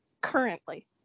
currently